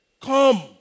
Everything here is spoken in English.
come